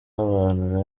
abantu